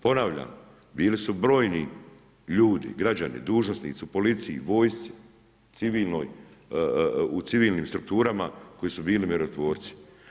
Ponavljam, bili su brojni ljudi, građani, dužnosnici u policiji, u vojsci, civilnoj, u civilnim strukturama koji su bili mirotvorci.